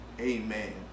amen